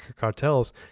cartels